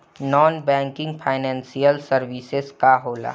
Non banking financial services का होला?